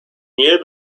near